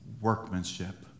workmanship